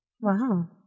Wow